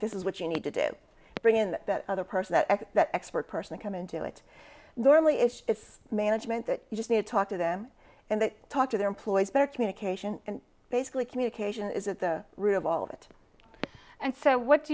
this is what you need to do bring in that other person that that expert person come into it normally if it's management that you just need to talk to them and talk to their employees better communication and basically communication is at the root of all of it and so what do